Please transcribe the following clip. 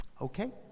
Okay